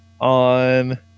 on